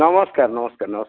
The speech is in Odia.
ନମସ୍କାର ନମସ୍କାର ନମସ୍କାର